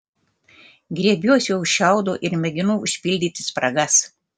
griebiuosi už šiaudo ir mėginu užpildyti spragas